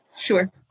Sure